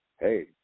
hey